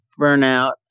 burnout